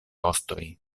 ostoj